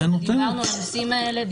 דיברנו על הנושאים האלה,